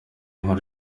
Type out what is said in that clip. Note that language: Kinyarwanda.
inkuru